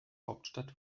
hauptstadt